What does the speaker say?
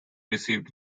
received